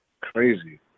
Crazy